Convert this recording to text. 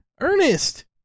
Ernest